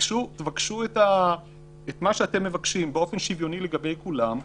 תבקשו את מה שאתם מבקשים באופן שוויוני לגבי כולם,